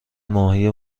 ماهی